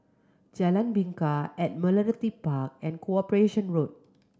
Jalan Bingka Admiralty Park and Corporation Road